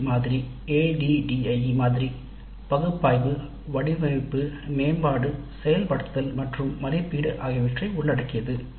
D மாதிரி ADDIE மாதிரி பகுப்பாய்வு வடிவமைப்பு அபிவிருத்தி செயல்படுத்த மற்றும் மதிப்பீடு ஆகியவற்றை உள்ளடக்கியது